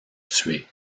tué